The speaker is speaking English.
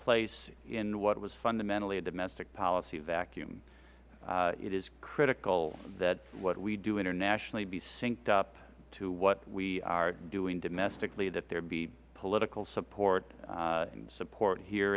place in what was fundamentally a domestic policy vacuum it is critical that what we do internationally be synched up to what we are doing domestically that there be political support support here